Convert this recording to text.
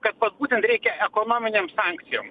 kad vat būtent reikia ekonominėm sankcijom